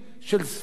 אני מסכים,